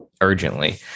urgently